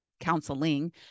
counseling